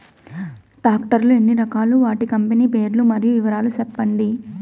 Tractor లు ఎన్ని రకాలు? వాటి కంపెని పేర్లు మరియు వివరాలు సెప్పండి?